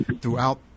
throughout